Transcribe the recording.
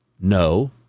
No